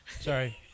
Sorry